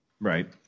right